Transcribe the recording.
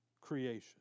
creation